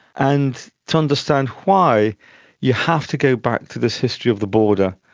and to understand why you have to go back to this history of the border,